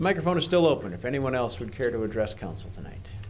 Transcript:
microphone is still open if anyone else would care to address council tonight